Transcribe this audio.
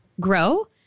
grow